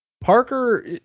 Parker